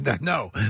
no